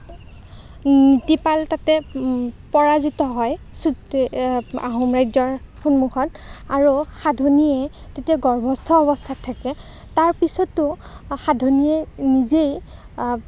নীতিপাল তাতে পৰাজিত হয় আহোম ৰাজ্যৰ সন্মুখত আৰু সাধনীয়ে তেতিয়া গৰ্ভস্থ অৱস্থাত থাকে তাৰ পিছতো সাধনীয়ে নিজেই